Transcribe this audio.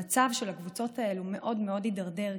המצב של הקבוצות האלה מאוד מאוד הידרדר,